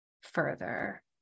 further